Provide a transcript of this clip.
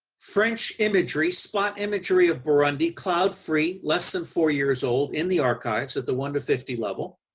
french imagery, spot imagery of burundi, cloud free, less than four years old, in the archives at the one to fifty level.